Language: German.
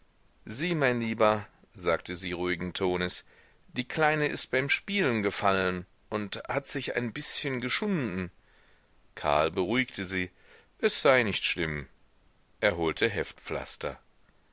sieh mein lieber sagte sie ruhigen tones die kleine ist beim spielen gefallen und hat sich ein bißchen geschunden karl beruhigte sie es sei nicht schlimm er holte heftpflaster